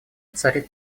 царит